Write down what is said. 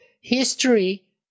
History